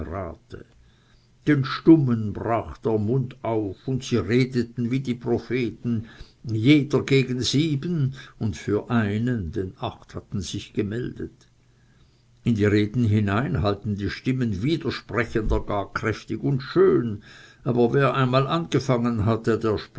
rate den stummen brach der mund auf und sie redeten wie die propheten jeder gegen sieben und für einen denn acht hatten sich gemeldet in die reden hinein hallten die stimmen widersprechend gar kräftig und schön wer einmal angefangen hatte